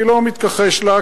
אני לא מתכחש לה,